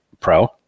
pro